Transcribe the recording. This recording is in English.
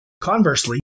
Conversely